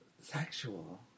Sexual